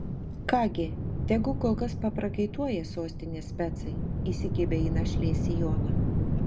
ką gi tegu kol kas paprakaituoja sostinės specai įsikibę į našlės sijoną